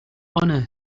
honour